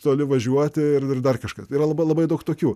toli važiuoti ir dar kažkaip yra labai labai daug tokių